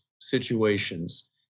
situations